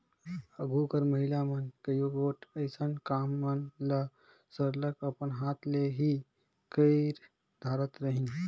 आघु कर महिला मन कइयो गोट अइसन काम मन ल सरलग अपन हाथ ले ही कइर धारत रहिन